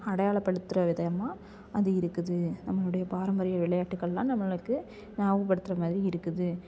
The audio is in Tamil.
அடையாளம்படுத்தகிற விதமாக அது இருக்குது நம்மளுடைய பாரம்பரிய விளையாட்டுக்கள்லாம் நம்மளுக்கு ஞாபகப்படுத்துகிற மாதிரி இருக்குது